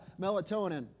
melatonin